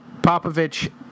Popovich